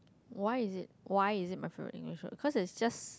why is it why is it my favourite English word cause it's just